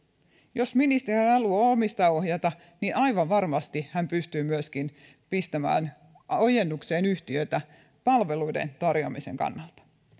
jos ministeri haluaa omistajaohjata niin aivan varmasti hän pystyy myöskin pistämään ojennukseen yhtiöitä palveluiden tarjoamisen kannalta